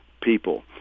people